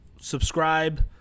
subscribe